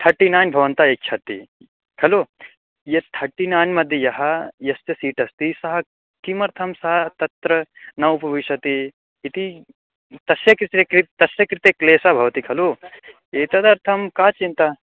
thirty-nine भवन्तः इच्छन्ति खलु यत् थर्टीनैन्मध्ये यः यस्य सीट् अस्ति सः किमर्थं सः तत्र न उपविशति इति तस्य कृते के तस्य कृते क्लेशः भवति खलु एतदर्थं का चिन्ता